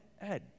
Ed